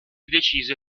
decise